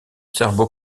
serbo